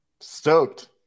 Stoked